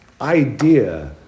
idea